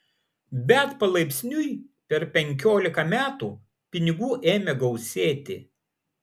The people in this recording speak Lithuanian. bet palaipsniui per penkiolika metų pinigų ėmė gausėti